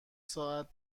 ساعت